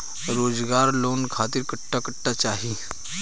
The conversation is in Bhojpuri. रोजगार लोन खातिर कट्ठा कट्ठा चाहीं?